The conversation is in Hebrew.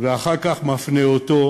אחר כך להפנות אותו